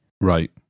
Right